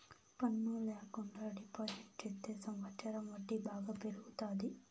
పన్ను ల్యాకుండా డిపాజిట్ చెత్తే సంవచ్చరం వడ్డీ బాగా పెరుగుతాది